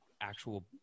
actual